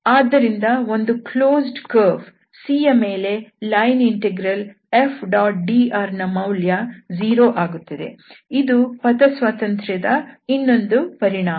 ಆದ್ದರಿಂದ ಒಂದು ಕ್ಲೋಸ್ಡ್ ಕರ್ವ್closed curve ಕ್ಲೋಸ್ಡ್ ಪಥ C ಯ ಮೇಲೆ ಲೈನ್ ಇಂಟೆಗ್ರಲ್ F⋅dr ನ ಮೌಲ್ಯ 0 ಆಗುತ್ತದೆ ಇದು ಪಥ ಸ್ವಾತಂತ್ರ್ಯ ದ ಇನ್ನೊಂದು ಪರಿಣಾಮ